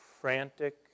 Frantic